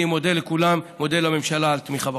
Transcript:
אני מודה לכולם ומודה לממשלה על תמיכה בחוק.